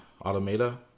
automata